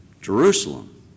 Jerusalem